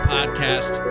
Podcast